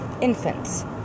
infants